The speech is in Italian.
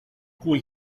cui